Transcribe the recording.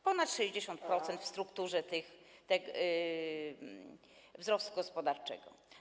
Ponad 60% w strukturze wzrostu gospodarczego.